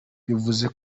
bivuze